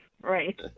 right